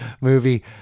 movie